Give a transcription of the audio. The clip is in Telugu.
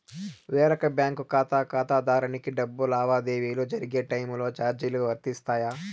వేరొక బ్యాంకు ఖాతా ఖాతాదారునికి డబ్బు లావాదేవీలు జరిగే టైములో చార్జీలు వర్తిస్తాయా?